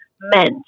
meant